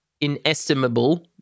inestimable